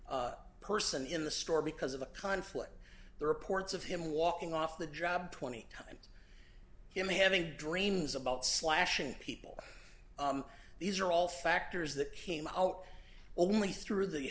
another person in the store because of a conflict the reports of him walking off the job twenty and him having dreams about slashing people these are all factors that came out only through the